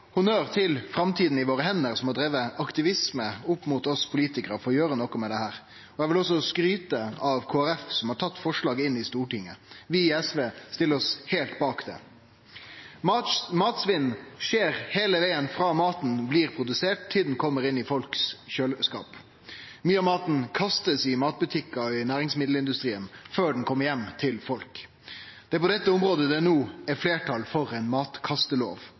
til Framtiden i våre hender, som har drive aktivisme mot oss politikarar for å gjere noko med dette. Eg vil òg skryte av Kristeleg Folkeparti, som har tatt forslaget til Stortinget. Vi i SV stiller oss heilt bak det. Matsvinn skjer heile vegen frå maten blir produsert, til han kjem inn i kjøleskåpa til folk. Mykje av maten blir kasta i matbutikkane og i næringsmiddelindustrien før han kjem heim til folk. Det er på dette området det no er fleirtal for ei matkastelov,